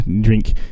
drink